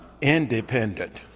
independent